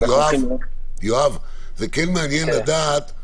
זה כן מעניין לדעת,